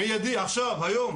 מיידי, עכשיו, היום.